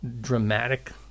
dramatic